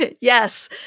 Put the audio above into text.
yes